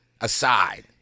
aside